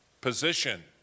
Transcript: position